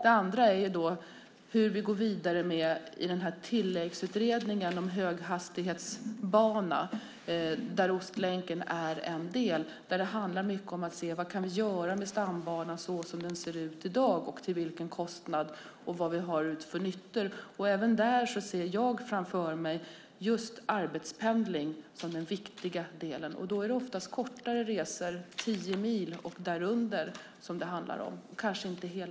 En annan är hur vi går vidare med tilläggsutredningen om höghastighetsbana där Ostlänken är en del. Det handlar mycket om att se vad vi kan göra med stambanan så som den ser ut i dag och till vilken kostnad och vad vi får ut för nytta. Även där ser jag framför mig just arbetspendling som den viktiga delen. Då är det ofta kortare resor, tio mil och därunder, som det handlar om.